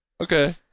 Okay